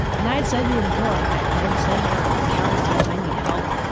and i and said to her before, i said to her countless times, i need help.